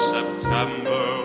September